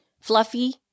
fluffy